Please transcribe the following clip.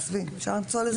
עזבי, אפשר למצוא לזה פתרון.